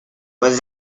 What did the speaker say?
was